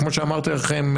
כמו שאמרתי לכם,